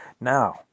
Now